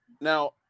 Now